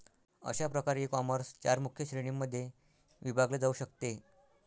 अशा प्रकारे ईकॉमर्स चार मुख्य श्रेणींमध्ये विभागले जाऊ शकते